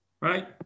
right